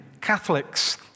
Catholics